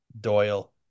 Doyle